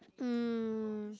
mm